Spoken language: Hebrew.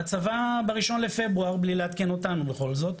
הצבא ב-1 בפברואר בלי לעדכן אותנו בכל זאת,